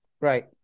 Right